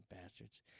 bastards